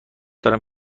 دارم